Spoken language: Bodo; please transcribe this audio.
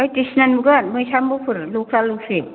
बायदिसिना नुगोन मोसा मुफुर लख्रा लख्रि